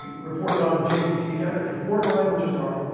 reported on the jccc ethics report line, which is our